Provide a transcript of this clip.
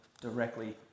directly